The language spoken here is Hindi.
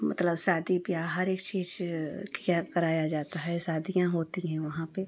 मतलब शादी ब्याह हर एक चीज़ किया कराया जाता है शादियाँ होती हैं वहाँ पर